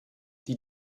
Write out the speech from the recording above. die